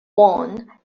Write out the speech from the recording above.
won